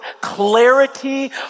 clarity